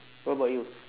what about you